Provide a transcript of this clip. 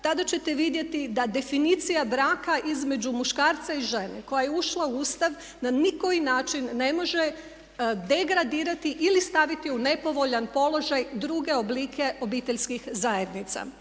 tada ćete vidjeti da definicija braka između muškarca i žene koja je ušla u Ustav na nikoji način ne može degradirati ili staviti u nepovoljan položaj druge oblike obiteljskih zajednica.